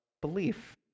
belief